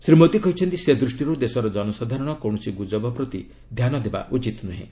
ଶ୍ରୀ ମୋଦି କହିଛନ୍ତି ସେଦୃଷ୍ଟିରୁ ଦେଶର ଜନସାଧାରଣ କୌଣସି ଗୁଜବ ପ୍ରତି ଧ୍ୟାନ ଦେବା ଉଚିତ ନୁହେଁ